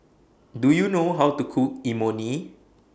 Do YOU know How to Cook Imoni